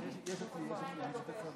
אדוני היושב-ראש.